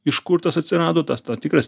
iš kur tas atsirado tas tą tikras